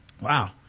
Wow